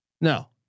No